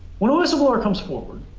when a whistleblower comes forward,